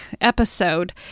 episode